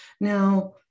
Now